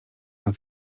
nad